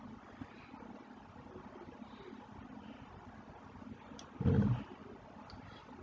mm